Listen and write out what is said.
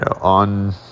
on